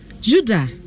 Judah